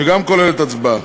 שגם כוללת הצבעה.